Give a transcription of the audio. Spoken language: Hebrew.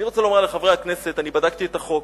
אני רוצה לומר לחברי הכנסת: אני בדקתי את החוק,